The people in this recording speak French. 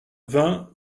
vingt